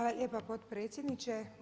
lijepa potpredsjedniče.